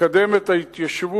לקדם את ההתיישבות